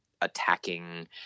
attacking